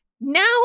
Now